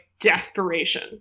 desperation